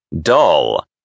Dull